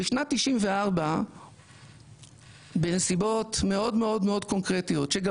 בשנת 1994 בנסיבות מאוד מאוד מאוד קונקרטיות שגם